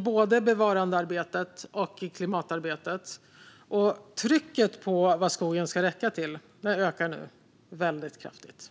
både i bevarandearbetet och i klimatarbetet, och trycket på vad skogen ska räcka till ökar nu väldigt kraftigt.